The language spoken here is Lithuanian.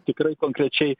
tikrai konkrečiai